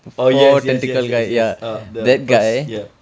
oh yes yes yes yes yes uh the first ya